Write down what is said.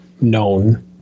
known